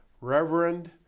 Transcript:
Reverend